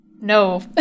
No